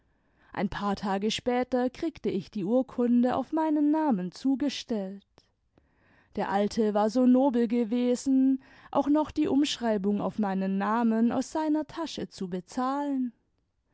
ein paar tage später kriegte ich die urkunde auf meinen namen zugestellt der alte war so nobel gewesen auch noch die umschreibimg auf meinen namen aus seiner tasche zu bezahlen